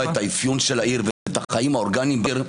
את האפיון של העיר ואת החיים האורגניים בעיר.